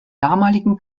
damaligen